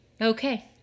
Okay